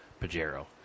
Pajero